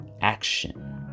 action